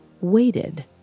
waited